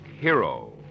Hero